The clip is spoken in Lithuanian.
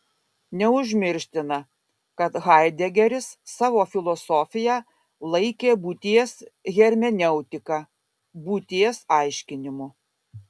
neužmirština kad haidegeris savo filosofiją laikė būties hermeneutika būties aiškinimu